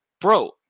bro